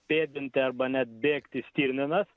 pėdinti arba net bėgti stirninas